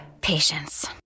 patience